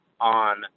on